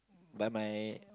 by my